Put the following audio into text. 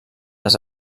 les